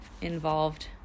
involved